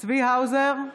צבי האוזר,